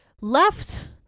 left